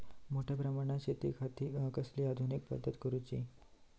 मोठ्या प्रमानात शेतिखाती कसली आधूनिक पद्धत वापराची?